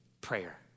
prayer